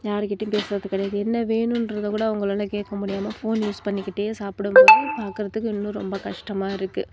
யார்கிட்டையும் பேசுகிறது கிடையாது என்ன வேணும்றதகூட அவங்களால கேட்க முடியாமல் ஃபோன் யூஸ் பண்ணிக்கிட்டே சாப்பிடம்போது பார்க்கறதுக்கு இன்னும் ரொம்ப கஷ்டமாக இருக்குது